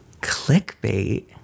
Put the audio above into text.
Clickbait